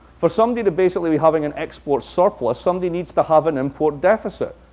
for somebody to basically be having an export surplus, somebody needs to have an important deficit.